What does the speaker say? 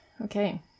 Okay